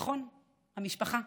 נכון, המשפחה.